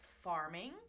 farming